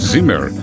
Zimmer